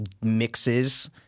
mixes